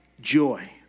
joy